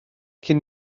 cyn